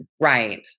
Right